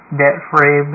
debt-free